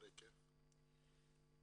מה ההיקף פחות או יותר?